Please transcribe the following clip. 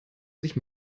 sich